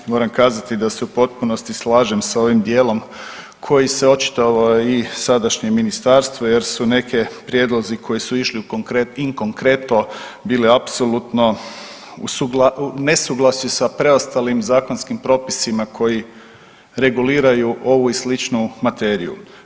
Moram kazati da se u potpunosti slažem s ovim dijelom koji se očitovao i sadašnje ministarstvo jer su neki prijedlozi koji su išli in konkreto bile apsolutno u nesuglasju sa preostalim zakonskim propisima koji reguliraju ovu i sličnu materiju.